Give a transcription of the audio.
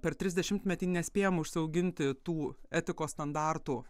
per trisdešimtmetį nespėjam užsiauginti tų etikos standartų